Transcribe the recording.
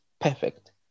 perfect